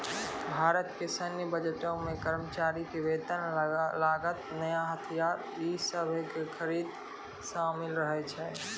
भारतो के सैन्य बजटो मे कर्मचारी के वेतन, लागत, नया हथियार इ सभे के खरीद शामिल रहै छै